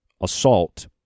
assault